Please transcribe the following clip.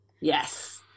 Yes